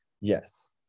Yes